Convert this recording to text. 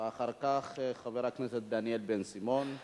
ואחר כך, חבר הכנסת דניאל בן-סימון,